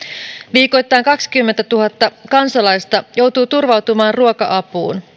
viikoittain kaksikymmentätuhatta kansalaista joutuu turvautumaan ruoka apuun